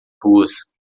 ruas